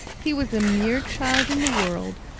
he was a mere child in the world,